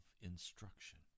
instruction